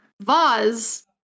Vaz